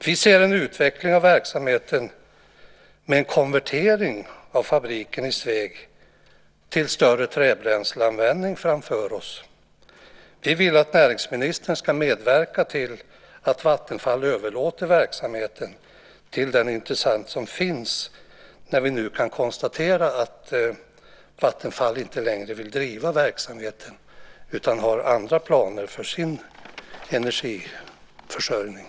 Vi ser framför oss en utveckling av verksamheten med en konvertering av fabriken i Sveg till större träbränsleanvändning. Vi vill att näringsministern ska medverka till att Vattenfall överlåter verksamheten till den intressent som finns när vi nu kan konstatera att Vattenfall inte längre vill driva verksamheten utan har andra planer för energiförsörjningen.